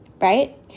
right